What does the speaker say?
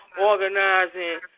organizing